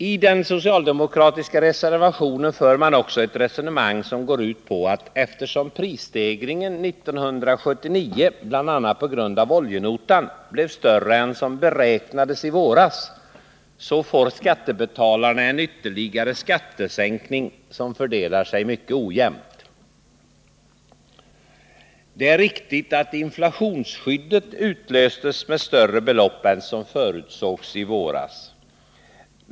I den socialdemokratiska reservationen för man följande resonemang: Prisstegringen 1979 blev bl.a. på grund av oljenotan större än som beräknats i våras. Därför får skattebetalarna en ytterligare skattesänkning som fördelar sig mycket ojämnt. Det är riktigt att inflationsskyddet utlöstes med större belopp än som förutsågs i våras.